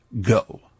go